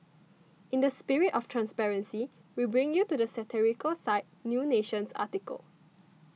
in the spirit of transparency we bring to you satirical site New Nation's article